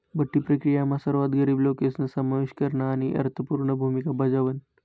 बठ्ठी प्रक्रीयामा सर्वात गरीब लोकेसना समावेश करन आणि अर्थपूर्ण भूमिका बजावण